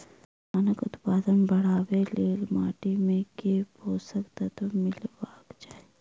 धानक उत्पादन बढ़ाबै लेल माटि मे केँ पोसक तत्व मिलेबाक चाहि?